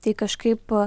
tai kažkaip